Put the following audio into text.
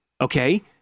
okay